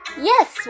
Yes